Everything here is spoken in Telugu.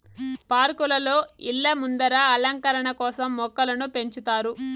పార్కులలో, ఇళ్ళ ముందర అలంకరణ కోసం మొక్కలను పెంచుతారు